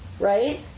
Right